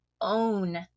own